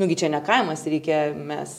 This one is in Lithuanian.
nugi čia ne kaimas reikia mes